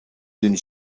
دونی